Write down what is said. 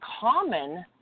common